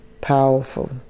Powerful